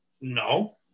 No